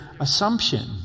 assumption